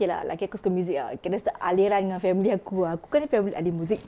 okay lah lelaki aku suka music ah kena satu aliran dengan family aku ah aku kan family ahli muzik